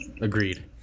Agreed